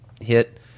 hit